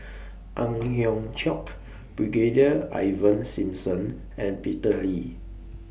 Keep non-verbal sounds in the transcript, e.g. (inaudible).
(noise) Ang Hiong Chiok Brigadier Ivan Simson and Peter Lee